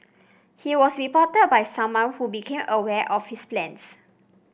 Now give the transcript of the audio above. he was reported by someone who became aware of his plans